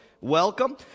welcome